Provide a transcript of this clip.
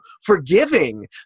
forgiving